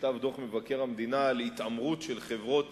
ונכתב דוח מבקר המדינה על התעמרות של חברות